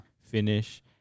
finish